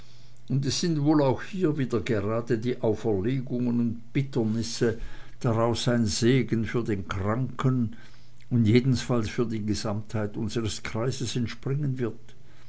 und es sind wohl auch hier wieder gerade die auferlegungen und bitternisse daraus ein segen für den kranken und jedenfalls für die gesamtheit unsres kreises entspringen wird